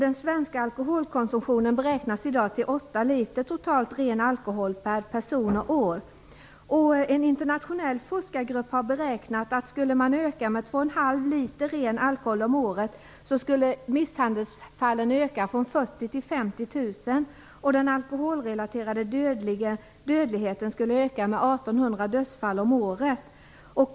Den svenska alkoholkonsumtionen beräknas i dag till totalt 8 liter ren alkohol per person och år. En internationell forskargrupp har beräknat att skulle konsumtionen öka med 2,5 liter ren alkohol om året, skulle misshandelsfallen öka från 40 000 till 50 000, och den alkoholrelaterade dödligheten skulle öka med 1 800 dödsfall om året.